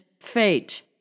fate